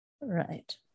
Right